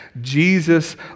Jesus